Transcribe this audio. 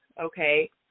okay